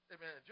Amen